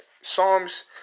Psalms